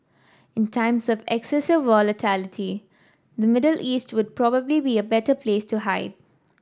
in times of excessive volatility the Middle East would probably be a better place to hide